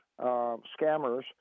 scammers